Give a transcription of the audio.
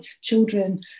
children